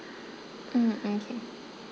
mm mm K